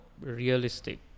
realistic